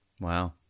wow